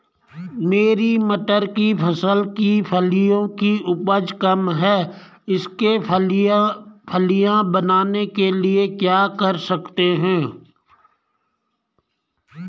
मेरी मटर की फसल की फलियों की उपज कम है इसके फलियां बनने के लिए क्या कर सकते हैं?